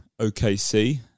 OKC